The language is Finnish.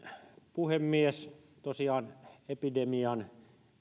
puhemies tosiaan epidemian